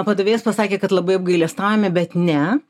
padavėjas pasakė kad labai apgailestaujame bet ne